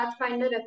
pathfinder